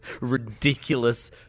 ridiculous